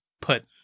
put